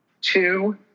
two